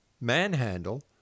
manhandle